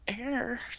air